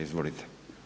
Izvolite.